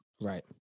Right